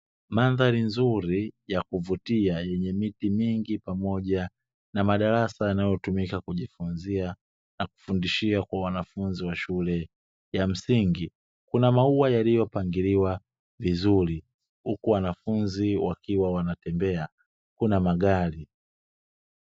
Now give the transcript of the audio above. Mandhari nzuri ya kuvutia yenye miti mingi pamoja na madarasa yanayo tumika kujifunzia na kufundishia kwa Wanafunzi wa shule ya msingi, kuna maua yaliyo pangiliwa vizuri, huku wanafunzi wakiwa wanatembea kuna magari.